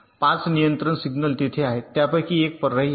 5 नियंत्रण सिग्नल तिथे आहेत त्यापैकी एक पर्यायी आहे